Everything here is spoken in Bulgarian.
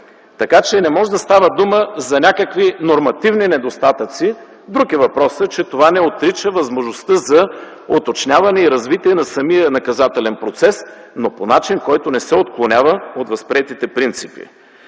Така че не може да става дума за някакви нормативни недостатъци. Друг е въпросът, че това не отрича възможността за уточняване и развитие на самия наказателен процес, но по начин, който не се отклонява от възприетите принципи.